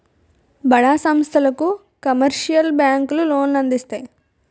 బడా సంస్థలకు కమర్షియల్ బ్యాంకులు లోన్లు అందిస్తాయి